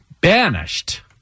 banished